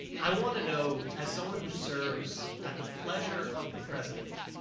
i want to know, as someone who serves at the pleasure of the president,